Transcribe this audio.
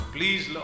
Please